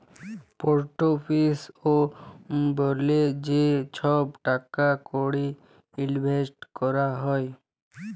portfolio ব্যলে যে ছহব টাকা কড়ি ইলভেসট ক্যরা হ্যয়